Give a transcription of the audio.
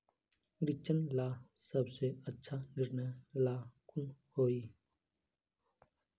मिर्चन ला सबसे अच्छा निर्णय ला कुन होई?